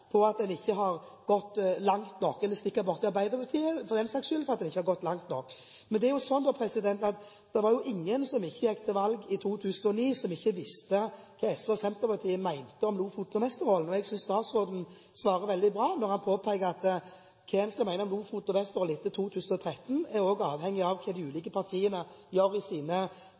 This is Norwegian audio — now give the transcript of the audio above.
eller Arbeiderpartiet for den saks skyld, for at en ikke har gått langt nok. Men det var jo ingen som gikk til valg i 2009, som ikke visste hva SV og Senterpartiet mente om Lofoten og Vesterålen. Jeg synes statsråden svarer veldig bra når han påpeker at hva en skal mene om Lofoten og Vesterålen etter 2013, også er avhengig av hva de ulike partiene gjør i sine